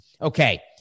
Okay